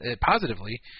positively